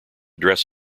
dress